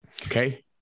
Okay